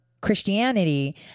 Christianity